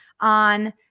on